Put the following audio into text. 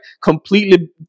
completely